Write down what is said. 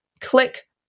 click